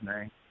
name